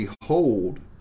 behold